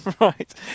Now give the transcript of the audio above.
Right